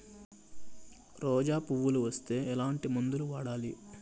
రోజా పువ్వులు వస్తే ఎట్లాంటి మందులు వాడాలి?